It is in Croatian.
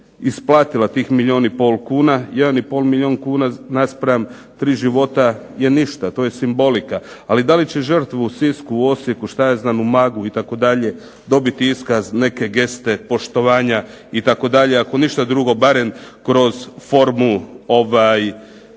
isplatila tih milijun i pol kuna. 1,5 milijun kuna naspram tri života je ništa, to je simbolika. Ali da će žrtve u Sisku, Osijeku što ja znam u Umagu itd. dobiti iskaz neke geste poštovanja itd. ako ništa drugo barem kroz formu neke